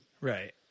Right